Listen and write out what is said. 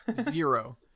Zero